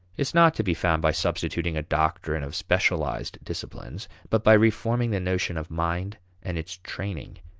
is not to be found by substituting a doctrine of specialized disciplines, but by reforming the notion of mind and its training.